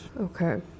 Okay